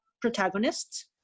protagonists